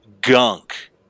gunk